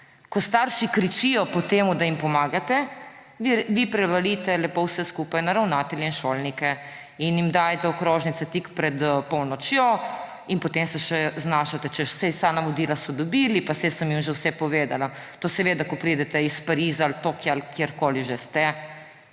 Ko starši kričijo po tem, da jim pomagate, vi prevalite lepo vse skupaj na ravnatelje in šolnike, jim dajete okrožnice tik pred polnočjo in potem se še znašate, češ, saj so navodila so dobili, pa saj sem jim že vse povedala. To seveda, ko pridete iz Pariza ali Tokia ali kjerkoli že ste,